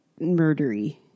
Murdery